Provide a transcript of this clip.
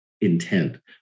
intent